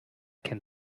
can